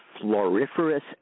floriferous